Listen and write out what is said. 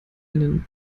einen